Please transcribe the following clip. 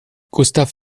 gustav